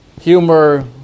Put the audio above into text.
humor